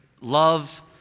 Love